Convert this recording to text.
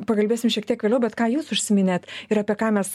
pakalbėsim šiek tiek vėliau bet ką jūs užsiminėt ir apie ką mes